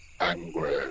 angry